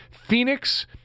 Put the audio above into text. Phoenix